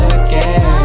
again